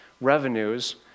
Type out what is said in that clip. revenues